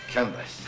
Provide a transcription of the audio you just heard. Canvas